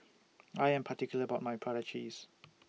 I Am particular about My Prata Cheese